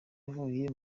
yavuye